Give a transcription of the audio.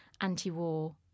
anti-war